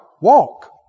walk